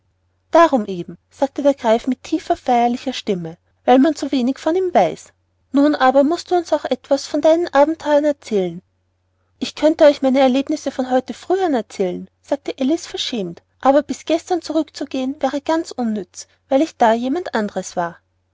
darum eben sagte der greif mit tiefer feierlicher stimme weil man so wenig von ihm weiß nun aber mußt du uns auch etwas von deinen abenteuern erzählen ich könnte euch meine erlebnisse von heute früh an erzählen sagte alice verschämt aber bis gestern zurück zu gehen wäre ganz unnütz weil ich da jemand anderes war